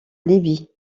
libye